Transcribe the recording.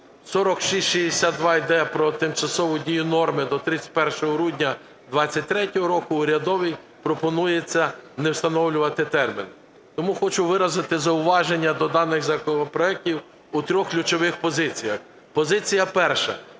4662 йде про тимчасову дію норми до 31 грудня 2023 року, урядовий – пропонується не встановлювати термін. Тому хочу виразити зауваження до даних законопроектів у трьох ключових позиціях. Позиція перша